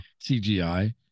cgi